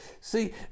see